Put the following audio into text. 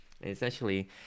essentially